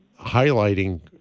highlighting